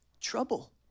trouble